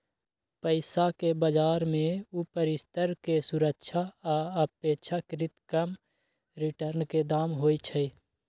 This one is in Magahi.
पइसाके बजार में उपरि स्तर के सुरक्षा आऽ अपेक्षाकृत कम रिटर्न के दाम होइ छइ